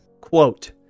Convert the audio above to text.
Quote